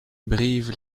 brive